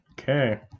Okay